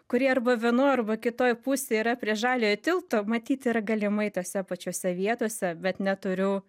kurie arba vienoj arba kitoj pusėj yra prie žaliojo tilto matyt yra galimai tose pačiose vietose bet neturiu